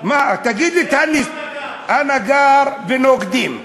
אני גר בנוקדים.